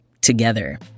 together